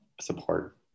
support